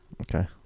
Okay